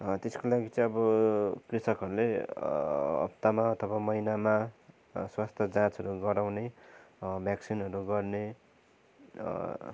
त्यसको लागि चाहिँ अब कृषकहरूले हप्तामा अथवा महिनामा स्वास्थ्य जाँचहरू गराउने भ्याक्सिनहरू गर्ने